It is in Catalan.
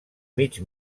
mig